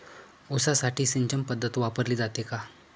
ऊसासाठी सिंचन पद्धत वापरली जाते का?